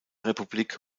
republik